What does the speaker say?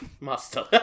Master